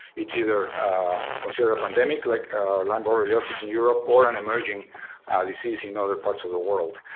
it's either considered pandemic like lyme borreliosis in europe or an emerging disease in other parts of the world.